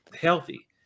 healthy